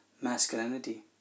masculinity